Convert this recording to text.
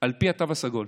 על פי התו הסגול,